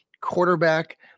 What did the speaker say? quarterback